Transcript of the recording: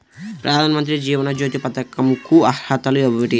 ప్రధాన మంత్రి జీవన జ్యోతి పథకంకు అర్హతలు ఏమిటి?